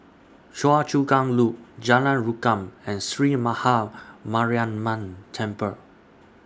Choa Chu Kang Loop Jalan Rukam and Sree Maha Mariamman Temple